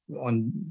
on